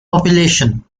population